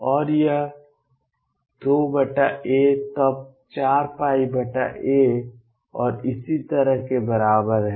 और यह 2 a तब 4a और इसी तरह के बराबर है